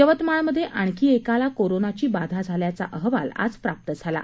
यवतमाळ मध्ये आणखी एकाला कोरोनाची बाधा झाल्याचा अहवाल आज प्राप्त झाला आहे